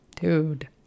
Dude